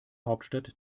hauptstadt